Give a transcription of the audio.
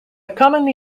commonly